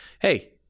hey